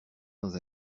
dans